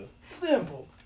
Simple